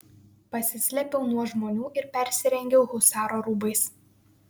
pasislėpiau nuo žmonių ir persirengiau husaro rūbais